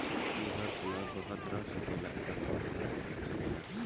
ई हर समय बहत रह सकेला, इकट्ठो रह सकेला